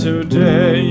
Today